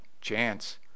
Chance